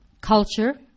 culture